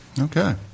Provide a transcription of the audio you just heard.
Okay